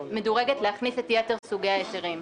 להכניס את יתר סוגי ההיתרים.